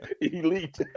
Elite